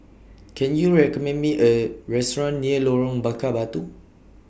Can YOU recommend Me A Restaurant near Lorong Bakar Batu